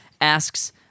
asks